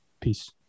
Peace